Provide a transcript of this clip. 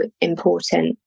important